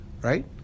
right